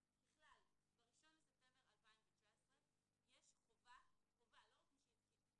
ככלל, ב-1 לספטמבר 2019 יש חובה להתקין מצלמות.